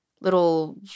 little